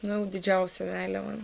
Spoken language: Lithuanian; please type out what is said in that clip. nu jau didžiausia meilė man